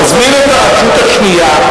תזמין את הרשות השנייה,